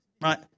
right